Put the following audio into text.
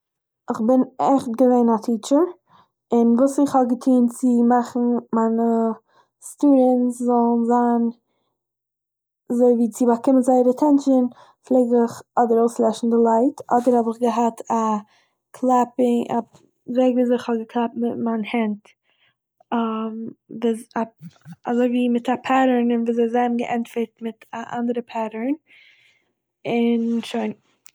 איך בין עכט געווען א טיטשער און וואס איך האב געטון צו מאכן מיינע סטודענטס זאלן זיין אזוי וואו צו באקומען זייער אטענטשין פלעג איך אדער אויסלעשן די לייט אדער האב איך געהאט א קלעפינג א וועג וואו אזוי איך האב געקלאפט מיט מיין הענט ביז א- אזוי וואו מיט א פעטערן און וואו אזוי זיי האבן געענטפערט מיט א אנדערע פעטערן און שוין